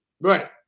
Right